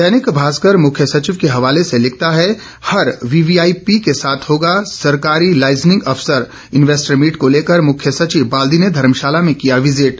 दैनिक भास्कर मुख्य सचिव के हवाले से लिखता है हर वीवीआईपी के साथ होगा सरकारी लाइजनिंग अफसर इन्वेस्टर मीट को लेकर मुख्य सचिव बाल्दी ने धर्मशाला में किया विजिट